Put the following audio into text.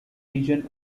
region